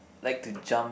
like to jump